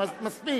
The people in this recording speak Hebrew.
מספיק.